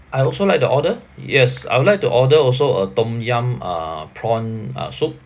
I also like to order yes I would like to order also a tom yum uh prawn uh soup